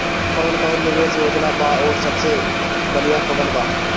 कवन कवन निवेस योजना बा और सबसे बनिहा कवन बा?